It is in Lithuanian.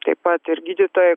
taip pat ir gydytojai